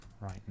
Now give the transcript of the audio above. right